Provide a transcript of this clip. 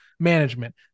management